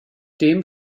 dem